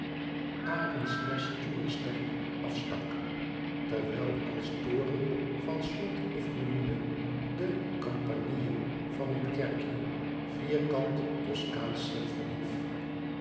de huizenklomp arendnest stoer sterk afstak terwijl als toren van slot of ruiine de campanile van het kerkje vierkant toskaansch zich verhief